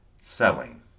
selling